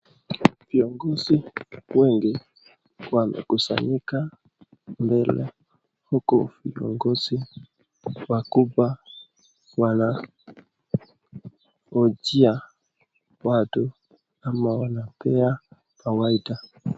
viongozi wengi wamekusanyika mbele, huku viongozi wakubwa wanahojia watu ama wanaongea kawaida.